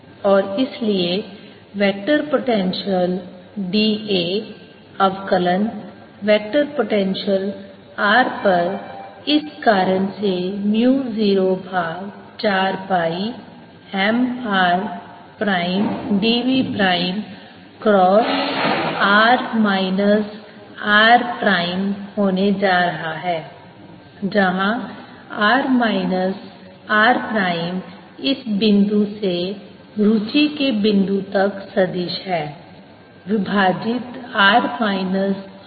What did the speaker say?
Ar04πmrr3Mmagnetic momentvolume dmMrdV और इसलिए vector potential d A अवकलन वेक्टर पोटेंशियल r पर इस कारण से म्यू 0 भाग 4 pi M r prime dv prime cross r minus r prime होने जा रहा है जहाँ r माइनस r प्राइम इस बिंदु से रूचि के बिंदु तक सदिश है विभाजित r माइनस r प्राइम घन है